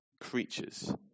creatures